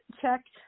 checked